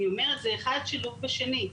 אני אומרת, זה אחד שלוב בשני,